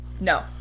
No